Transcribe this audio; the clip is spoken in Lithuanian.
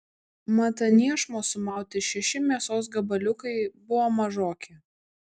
mat ant iešmo sumauti šeši mėsos gabaliukai buvo mažoki